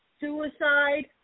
suicide